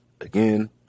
Again